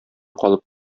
калып